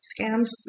scams